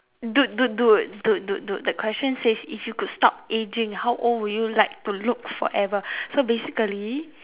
dude dude dude dude dude dude that question says if you could stop ageing how old would you like to look forever so basically